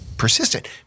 persistent